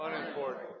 Unimportant